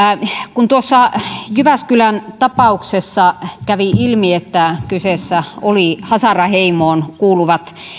kun tuossa jyväskylän tapauksessa kävi ilmi että kyseessä olivat hazara heimoon kuuluvat